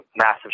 massive